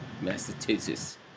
Massachusetts